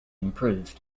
improved